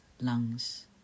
lungs